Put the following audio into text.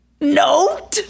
Note